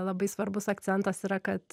labai svarbus akcentas yra kad